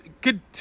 good